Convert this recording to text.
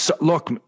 look